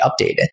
updated